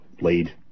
lead